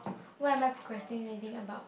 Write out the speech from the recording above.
what am I procrastinating about